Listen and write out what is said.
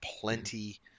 plenty